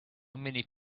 many